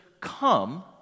Come